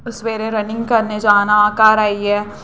सवेरे रनिंग करना जाना घर आइयै